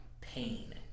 pain